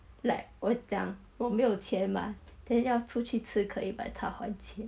like 我讲我没有钱吗 then 要出去吃可以 but 他还钱